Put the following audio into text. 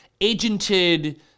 agented